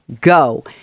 go